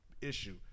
issue